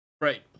Right